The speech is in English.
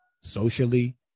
socially